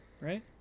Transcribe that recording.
right